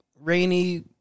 rainy